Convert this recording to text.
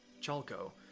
chalco